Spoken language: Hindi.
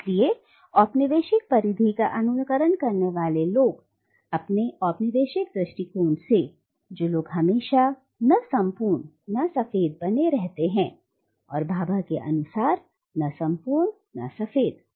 इसलिए औपनिवेशिक परिधि का अनुकरण करने वाले लोग अपने उपनिवेश दृष्टिकोण से जो लोग हमेशा "ना संपूर्ण ना सफेद" बने रहते हैं और भाभा के अनुसार "ना संपूर्ण ना सफेद"